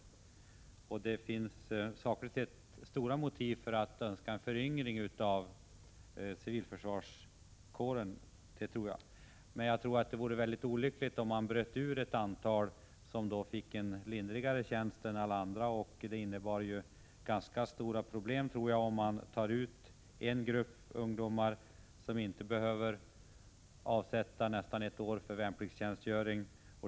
Sakligt sett finns det stora motiv för att önska en föryngring av civilförsvarskåren, men jag tror att det vore mycket olyckligt att bryta ut ett antal värnpliktiga, som på det sättet skulle få en lindrigare tjänst än alla andra. Jag tror att det skulle bli ganska stora problem om man tar ut en grupp ungdomar, som då inte behöver avsätta närmare ett år för värnpliktstjänstgöring.